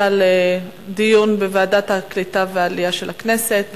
לדיון בוועדת הקליטה והעלייה של הכנסת.